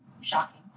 shocking